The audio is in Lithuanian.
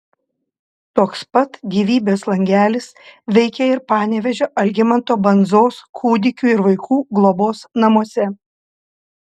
toks pat gyvybės langelis veikia ir panevėžio algimanto bandzos kūdikių ir vaikų globos namuose